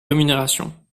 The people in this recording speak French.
rémunération